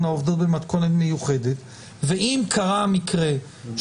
אנחנו שומעים קולות רבים, ועל גבי